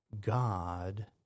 God